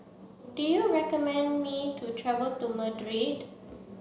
do you recommend me to travel to Madrid